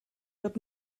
wird